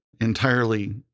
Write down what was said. entirely